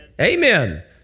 Amen